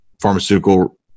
pharmaceutical